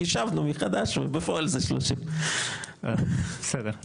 כי חישבנו מחדש ובפועל זה 30. בסדר,